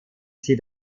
sie